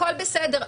הכול בסדר,